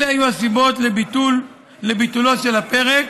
אלה היו הסיבות לביטולו של הפרק